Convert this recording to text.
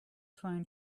trying